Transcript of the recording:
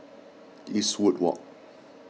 Eastwood Walk